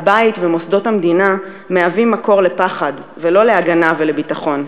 הבית ומוסדות המדינה מהווים מקור לפחד ולא להגנה ולביטחון.